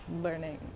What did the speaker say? learning